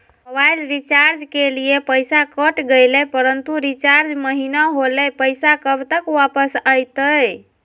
Mobile recharge के लिए पैसा कट गेलैय परंतु रिचार्ज महिना होलैय, पैसा कब तक वापस आयते?